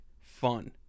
fun